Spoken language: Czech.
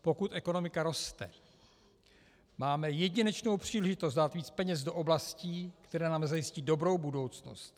Pokud ekonomika roste, máme jedinečnou příležitost dát víc peněz do oblastí, které nám zajistí dobrou budoucnost.